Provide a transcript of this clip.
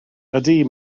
ydy